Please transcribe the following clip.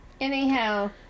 Anyhow